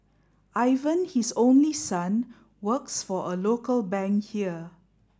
Ivan his only son works for a local bank here